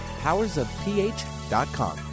powersofph.com